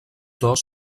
dos